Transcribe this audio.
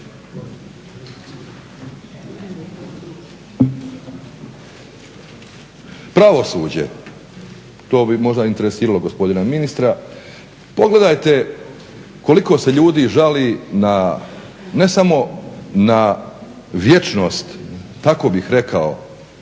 Pravosuđe, to bi možda interesiralo gospodina ministra, pogledajte koliko se ljudi žali na ne samo vječnost kako bih rekao